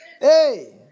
Hey